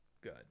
good